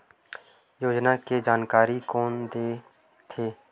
योजना के जानकारी कोन दे थे?